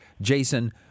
Jason